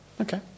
Okay